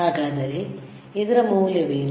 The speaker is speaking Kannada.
ಹಾಗಾದರೆ ಇದರ ಮೌಲ್ಯವೇನು